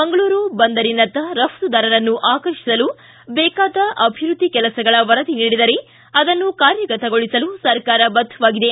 ಮಂಗಳೂರು ಬಂದರಿನತ್ತ ರಪ್ತುದಾರರನ್ನು ಆಕರ್ಷಿಸಲು ಬೇಕಾದ ಅಭಿವೃದ್ದಿ ಕೆಲಸಗಳ ವರದಿ ನೀಡಿದರೆ ಅದನ್ನು ಕಾರ್ಯಗತಗೊಳಿಸಲು ಸರ್ಕಾರ ಬದ್ದವಾಗಿದೆ